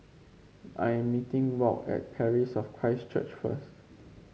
I am meeting Walt at Parish of Christ Church first